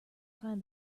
find